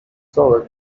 zora